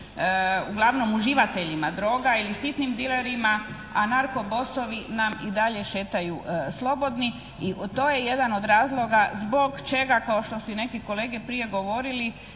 uglavnom uživateljima droga ili sitnim dilerima a narkobosovi nam i dalje šetaju slobodni, to je jedan o razloga zbog čega, kao što su i neki kolege prije govorili